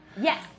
Yes